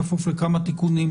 בכפוף לכמה תיקונים